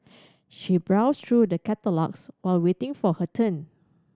she browsed through the catalogues while waiting for her turn